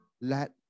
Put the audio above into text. let